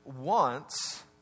wants